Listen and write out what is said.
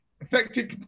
Effective